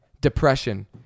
Depression